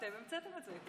אתם המצאתם את זה.